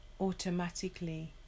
automatically